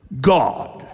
God